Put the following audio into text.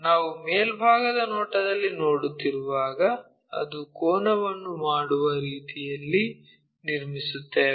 ನಾವು ಮೇಲ್ಭಾಗದ ನೋಟದಲ್ಲಿ ಮಾಡುತ್ತಿರುವಾಗ ಅದು ಕೋನವನ್ನು ಮಾಡುವ ರೀತಿಯಲ್ಲಿ ನಿರ್ಮಿಸುತ್ತೇವೆ